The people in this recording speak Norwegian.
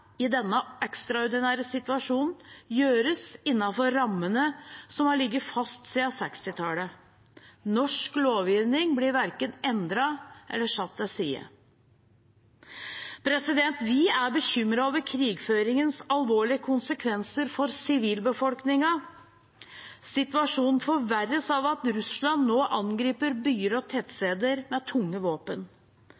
i denne ekstraordinære situasjonen gjøres innenfor rammene som har ligget fast siden 1960-tallet. Norsk lovgivning blir verken endret eller satt til side. Vi er bekymret over krigføringens alvorlige konsekvenser for sivilbefolkningen. Situasjonen forverres av at Russland nå angriper byer og